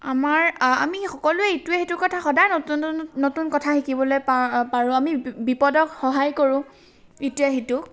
আমাৰ আমি সকলোৱে ইটো সিটোৰ কথা সদায় নতুন নতুন কথা শিকিবলৈ পাওঁ পাৰোঁ আমি বিপদত সহায় কৰোঁ ইটোৱে সিটোক